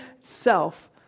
self